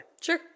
Sure